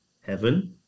heaven